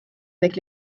avec